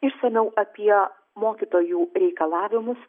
išsamiau apie mokytojų reikalavimus